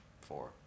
Four